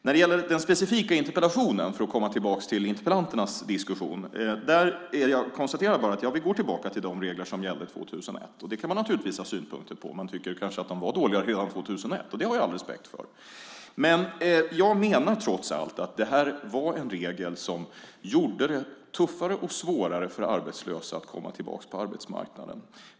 När det gäller den specifika interpellationen, för att komma tillbaka till interpellanternas diskussion, konstaterar jag att vi går tillbaka till de regler som gällde 2001. Det kan man naturligtvis ha synpunkter på. Man tycker kanske att reglerna var dåliga redan 2001, och det har jag all respekt för. Men jag menar trots allt att detta var en regel som gjorde det tuffare och svårare för arbetslösa att komma tillbaka på arbetsmarknaden.